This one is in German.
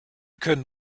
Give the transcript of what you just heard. können